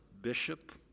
bishop